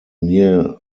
near